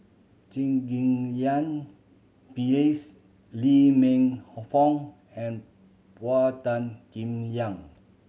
Ghim Lian Phyllis Lee Man Fong and Paul Tan Kim Liang